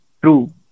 true